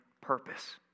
purpose